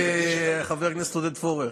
חבר הכנסת עודד פורר?